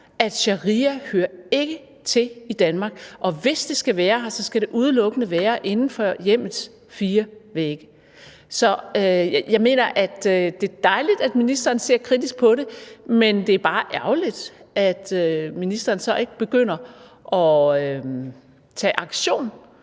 at sharia ikke hører til i Danmark, og hvis det skal være her, skal det udelukkende være inden for hjemmets fire vægge. Så det er dejligt, at ministeren ser kritisk på det, men det er bare ærgerligt, at ministeren så ikke begynder at tage aktion